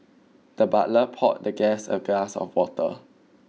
the butler poured the guest a glass of water